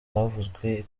havuzwe